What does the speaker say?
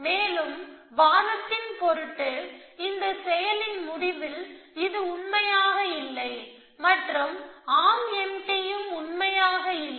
மேலும் வாதத்தின் பொருட்டு இந்த செயலின் முடிவில் இது உண்மையாக இல்லை மற்றும் ஆர்ம் எம்டியும் உண்மையாக இல்லை